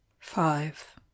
Five